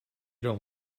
don’t